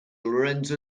lorenzo